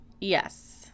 Yes